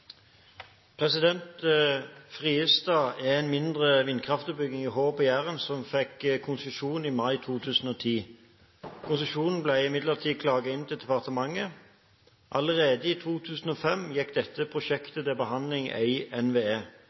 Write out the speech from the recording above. Stortinget. «Friestad er en mindre vindkraftutbygging i Hå på Jæren som fikk konsesjon mai 2010. Konsesjonen ble imidlertid klaget inn til departementet. Allerede i 2005 gikk dette prosjektet til behandling i NVE.